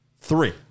Three